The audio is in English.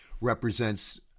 represents